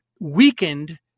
weakened